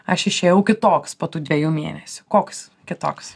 aš išėjau kitoks po tų dviejų mėnesių koks kitoks